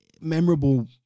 memorable